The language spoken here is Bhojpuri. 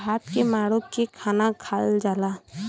भात के माड़ो के खाना खायल जाला